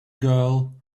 girl